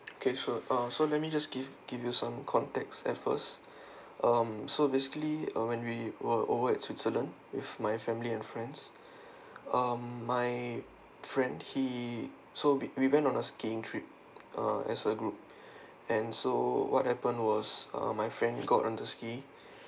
okay sure um so let me just give give you some context at first um so basically uh when we were over at switzerland with my family and friends um my friend he so we we went on a skiing trip uh as a group and so what happened was uh my friends got under ski